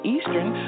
Eastern